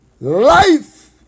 life